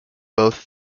both